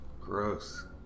gross